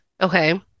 Okay